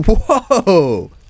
Whoa